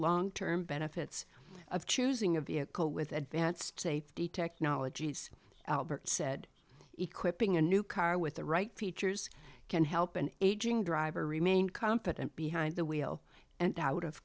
long term benefits of choosing a vehicle with advanced safety technologies albert said equipping a new car with the right features can help an aging driver remain confident behind the wheel